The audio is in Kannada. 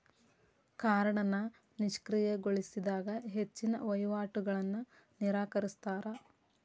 ಕಾರ್ಡ್ನ ನಿಷ್ಕ್ರಿಯಗೊಳಿಸಿದಾಗ ಹೆಚ್ಚಿನ್ ವಹಿವಾಟುಗಳನ್ನ ನಿರಾಕರಿಸ್ತಾರಾ